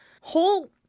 whole